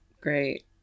Great